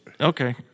Okay